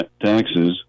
taxes